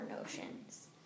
notions